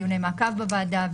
דיוני מעקב בוועדה,